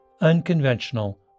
unconventional